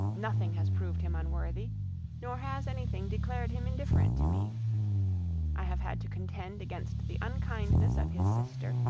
nothing has proved him unworthy nor has anything declared him indifferent to me i have had to contend against the unkindness of his sister,